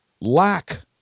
lack